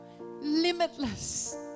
Limitless